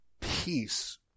peace